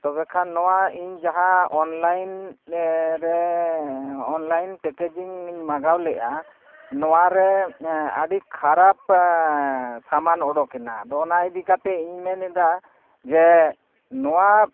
ᱛᱚᱵᱮ ᱠᱷᱟᱱ ᱱᱚᱣᱟ ᱤᱧ ᱡᱟᱦᱟᱸ ᱚᱱᱞᱟᱭᱤᱱ ᱨᱮ ᱚᱱᱞᱟᱭᱤᱱ ᱯᱮᱠᱮᱡᱤᱝ ᱤᱧ ᱢᱟᱜᱟᱣ ᱞᱮᱫᱼᱟ ᱱᱚᱣᱟᱨᱮ ᱟᱹᱰᱤ ᱠᱷᱟᱨᱟᱯ ᱥᱟᱢᱟᱱ ᱩᱰᱩᱠᱮᱱᱟ ᱟᱫᱚ ᱚᱱᱟ ᱤᱫᱤ ᱠᱟᱛᱮᱫ ᱤᱧᱤᱧ ᱢᱮᱱᱮᱫᱟ ᱡᱮ ᱱᱚᱣᱟ